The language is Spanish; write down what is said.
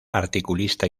articulista